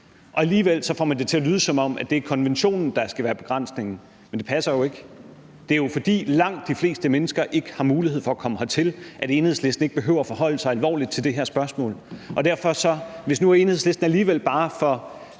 Alligevel får man det til at lyde, som om det er konventionen, der skal være begrænsningen, men det passer jo ikke. Det er jo, fordi langt de fleste mennesker ikke har mulighed for at komme hertil, at Enhedslisten ikke behøver at forholde sig alvorligt til det her spørgsmål. Hvis nu Enhedslisten alligevel bare for